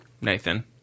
Nathan